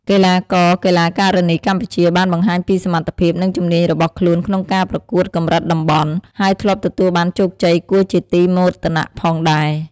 កីឡាករ-កីឡាការិនីកម្ពុជាបានបង្ហាញពីសមត្ថភាព និងជំនាញរបស់ខ្លួនក្នុងការប្រកួតកម្រិតតំបន់ ហើយធ្លាប់ទទួលបាន ជោគជ័យ គួរជាទីមោទនៈផងដែរ។